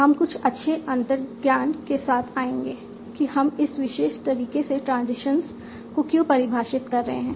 हम कुछ अच्छे अंतर्ज्ञान के साथ आएंगे कि हम इस विशेष तरीके से ट्रांजिशंस को क्यों परिभाषित कर रहे हैं